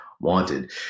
Wanted